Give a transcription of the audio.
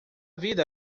vida